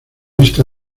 vista